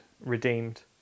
redeemed